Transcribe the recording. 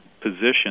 position